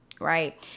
right